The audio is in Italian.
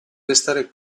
restare